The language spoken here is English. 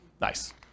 Nice